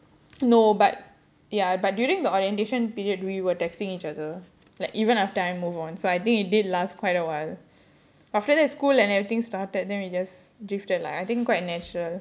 no but ya but during the orientation period we were texting each other like even after I move on so I think it did last quite a while after that school and everything started then we just drifted lah I think quite natural